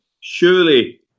surely